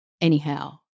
anyhow